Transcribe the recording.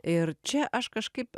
ir čia aš kažkaip